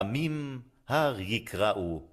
עמים הר יקראו